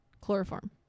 chloroform